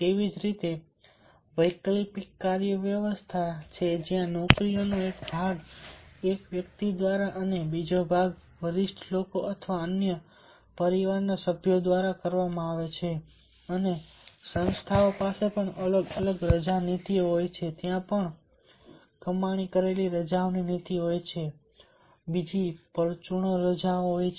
તેવી જ રીતે વૈકલ્પિક કાર્ય વ્યવસ્થા છે જ્યાં નોકરીનો એક ભાગ એક વ્યક્તિ દ્વારા અને બીજો ભાગ વરિષ્ઠ લોકો અથવા અન્ય પરિવારના સભ્યો દ્વારા કરવામાં આવશે અને સંસ્થાઓ પાસે પણ અલગ અલગ રજા નીતિઓ હોય છે ત્યાં પણ કમાણી કરેલી રજાઓની નીતિઓ હોય છે પરચુરણ રજાઓ હોય છે